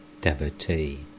Devotee